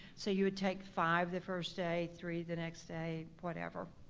so you would take five the first day, three the next day, whatever.